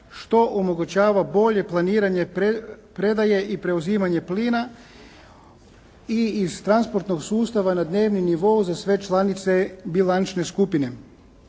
što omogućava bolje planiranje predaje i preuzimanje plina i iz transportnog sustava na dnevni nivo za sve članice bilančne skupine.